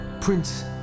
Prince